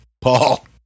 Paul